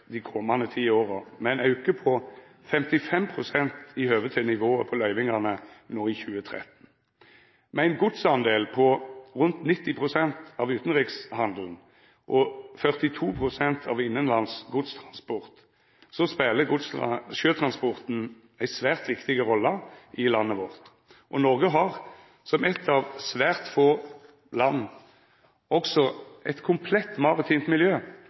dei komande ti åra med ein auke på 55 pst. i høve til nivået på løyvingane no i 2013. Med ein godsdel på rundt 90 pst. av utanrikshandelen og 42 pst. av innanlands godstransport spelar sjøtransporten ei svært viktig rolle i landet vårt. Noreg har, som eit av svært få land, også eit komplett maritimt miljø